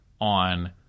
on